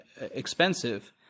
expensive